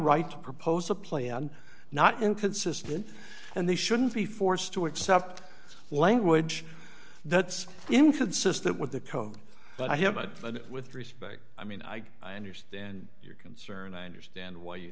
right to propose a plan not inconsistent and they shouldn't be forced to accept language that's inconsistent with the code but i haven't found it with respect i mean i understand your concern i understand why you